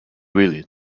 really